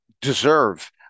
deserve